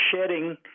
shedding